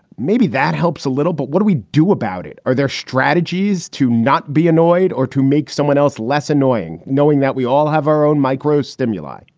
maybe that helps a little, but what do we do about it? are there strategies to not be annoyed or to make someone else less annoying knowing that we all have our own micro stimuli?